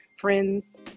friends